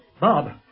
Bob